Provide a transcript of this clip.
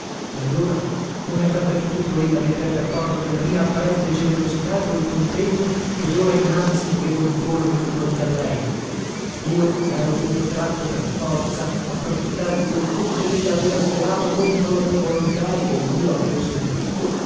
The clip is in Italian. e allora come avrebbe potuto ella mettere daccordo quella mia apparente generosità col contegno che dora innanzi dovevo impormi di fronte a lei io ero dunque tratto per forza a profittar di quel furto chella aveva svelato contro la mia volontà e che io avevo smentito